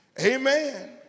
Amen